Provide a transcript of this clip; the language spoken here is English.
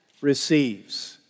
receives